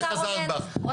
אחרי זה חזרת בך,